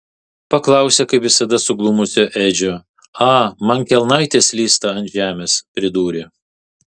paklausė kaip visada suglumusio edžio a man kelnaitės slysta ant žemės pridūrė